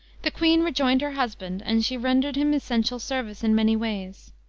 the queen rejoined her husband, and she rendered him essential service in many ways.